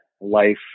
life